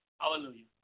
Hallelujah